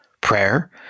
Prayer